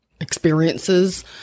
experiences